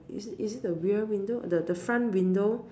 is it is it the rear window the the front window